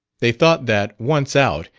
they thought that, once out,